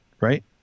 right